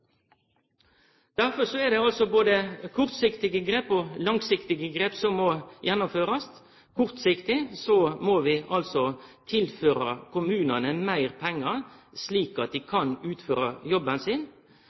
Derfor må det gjerast både kortsiktige grep og langsiktige grep. Kortsiktig må vi tilføre kommunane meir pengar slik at dei kan utføre jobben sin,